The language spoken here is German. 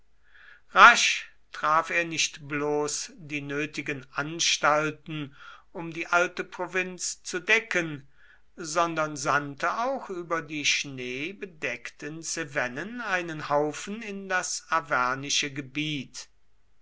rasch traf er nicht bloß die nötigen anstalten um die alte provinz zu decken sondern sandte auch über die schneebedeckten cevennen einen haufen in das arvernische gebiet